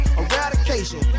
eradication